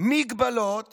הגבלות